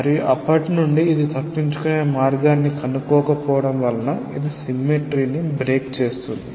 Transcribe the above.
మరియు అప్పటి నుండి ఇది తప్పించుకునే మార్గాన్ని కనుక్కోక పోవడం వలన ఇది సిమ్మెట్రిీ ని బ్రేక్ చేస్తుంది